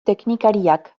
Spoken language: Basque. teknikariak